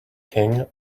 king